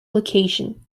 location